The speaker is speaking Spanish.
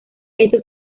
esto